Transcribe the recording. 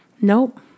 Nope